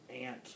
aunt